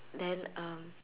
then um